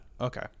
Okay